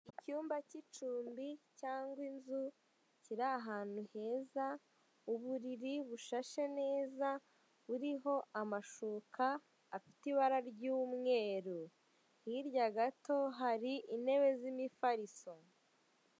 Icyumba k'icumbi cyangwa inzu kiri ahantu heza, uburiri bushashe neza buriho amashuka afite ibara ry'umweru, hirya gato hari intebe z'imifariso.